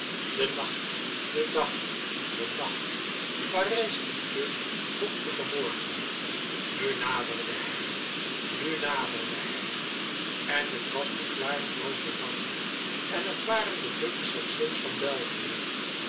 de nacht de dag de nacht parijs in kil vochtigen morgen nu naderde hij nu naderde hij en het was de klaar grove dag en het waren de drukke stations van belgië